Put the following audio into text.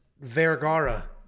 Vergara